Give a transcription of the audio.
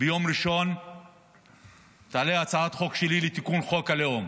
ביום ראשון תעלה הצעת חוק שלי לתיקון חוק הלאום